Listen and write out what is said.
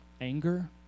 Anger